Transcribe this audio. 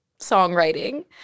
songwriting